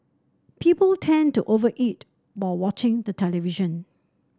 people tend to over eat while watching the television